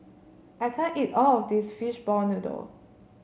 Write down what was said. I can't eat all of this Fishball Noodle